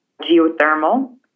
geothermal